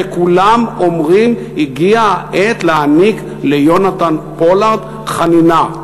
שכולם אומרים: הגיעה העת להעניק ליונתן פולארד חנינה,